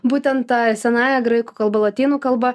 būtent ta senąja graikų kalba lotynų kalba